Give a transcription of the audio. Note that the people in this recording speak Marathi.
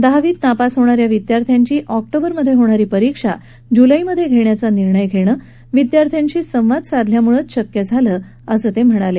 दहावीत नापास होणाऱ्या विद्यार्थ्यांची ऑक्टोबरमध्ये होणारी परीक्षा जुलैमध्ये घेण्याचा निर्णय घेणं विद्यार्थ्यांशी संवाद साधल्यामुळेच शक्य झालंअसं ते म्हणाले